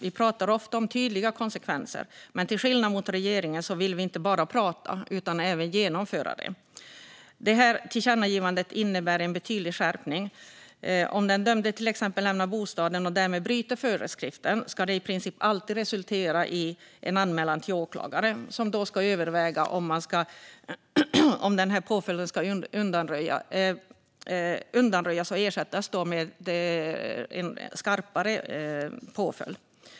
Vi pratar ofta om tydliga konsekvenser, men till skillnad från regeringen vill vi inte bara prata utan också genomföra det. Tillkännagivandet innebär en betydlig skärpning. Om den dömde till exempel lämnar bostaden och därmed bryter mot föreskriften ska det i princip alltid resultera i en anmälan till åklagare, som då ska överväga om påföljden ska undanröjas och ersättas med en skarpare påföljd.